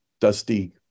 dusty